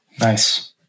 Nice